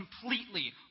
completely